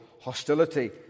hostility